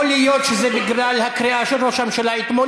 יכול להיות שזה בגלל הקריאה של ראש הממשלה אתמול,